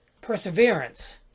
perseverance